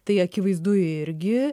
tai akivaizdu irgi